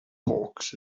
hawks